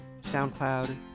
SoundCloud